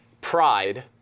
Pride